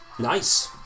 Nice